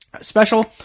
special